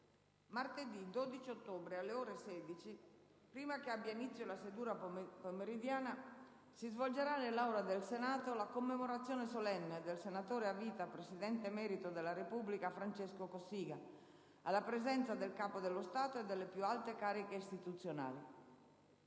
martedì 12 ottobre, alle ore 16, prima che abbia inizio la seduta pomeridiana, si svolgerà nell'Aula del Senato la commemorazione solenne del senatore a vita, presidente emerito della Repubblica, Francesco Cossiga, alla presenza del Capo dello Stato e delle più alte cariche istituzionali.